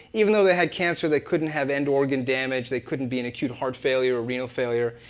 even though they had cancer, they couldn't have end organ damage. they couldn't be in acute heart failure or renal failure.